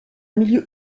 milieu